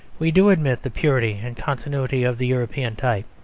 we do admit the purity and continuity of the european type.